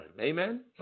Amen